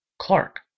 Clark